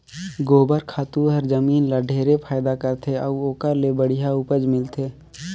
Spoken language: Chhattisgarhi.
गोबर खातू हर जमीन ल ढेरे फायदा करथे अउ ओखर ले बड़िहा उपज मिलथे